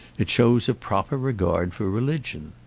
it shows a proper regard for religion.